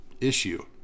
issue